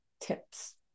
tips